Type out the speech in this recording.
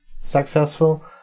Successful